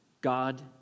God